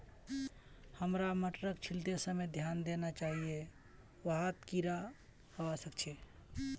हरा मटरक छीलते समय ध्यान देना चाहिए वहात् कीडा हवा सक छे